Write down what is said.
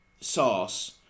sauce